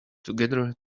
together